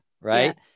right